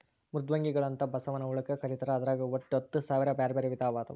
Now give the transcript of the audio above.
ಮೃದ್ವಂಗಿಗಳು ಅಂತ ಬಸವನ ಹುಳಕ್ಕ ಕರೇತಾರ ಅದ್ರಾಗ ಒಟ್ಟ ಹತ್ತಸಾವಿರ ಬ್ಯಾರ್ಬ್ಯಾರೇ ವಿಧ ಅದಾವು